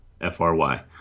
F-R-Y